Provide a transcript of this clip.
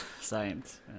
science